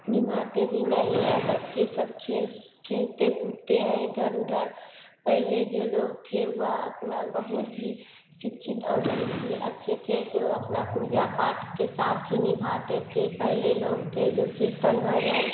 निभाते भी नहीं हैं बच्चे सब खेल खेलते कूदते हैं इधर उधर पहले जो लोग थे वह अपना बहुत ही शिक्षित और बहुत ही अच्छे थे जो अपना पूजा पाठ के साथ ही निभाते थे पहले लोग थे जो कीर्तन भजन